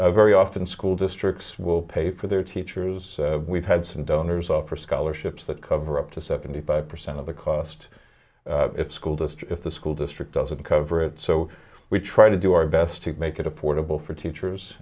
very often school districts will pay for their teachers we've had some donors offer scholarships that cover up to seventy five percent of the cost it's school district the school district doesn't cover it so we try to do our best to make it affordable for teachers